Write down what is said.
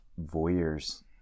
voyeurs